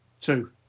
Two